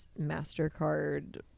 Mastercard